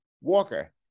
Walker